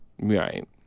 right